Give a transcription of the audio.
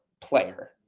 player